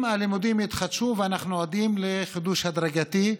אם הלימודים יתחדשו, ואנחנו עדים לחידוש הדרגתי,